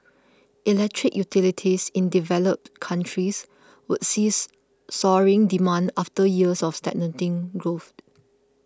Electric Utilities in developed countries would sees soaring demand after years of stagnating growth